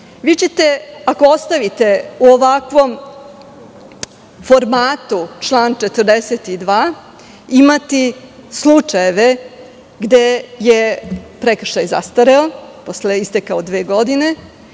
Vi ćete, ako ostavite u ovakvom formatu član 42, imati slučajeve gde je prekršaj zastareo posle isteka od dve godine